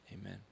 amen